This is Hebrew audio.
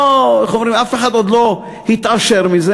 אף אחד עוד לא התעשר מזה,